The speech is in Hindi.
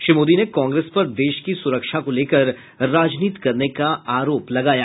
श्री मोदी ने कांग्रेस पर देश की सुरक्षा को लेकर राजनीति करने का आरोप लगाया